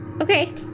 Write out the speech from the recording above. Okay